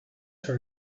where